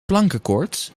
plankenkoorts